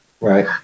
right